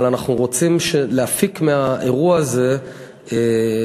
אבל אנחנו רוצים להפיק מהאירוע הזה שיפור